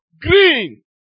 Green